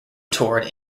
toured